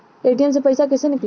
ATM से पैसा कैसे नीकली?